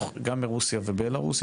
גם מרוסיה ובלרוס,